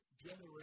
generation